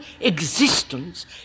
existence